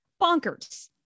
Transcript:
bonkers